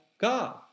God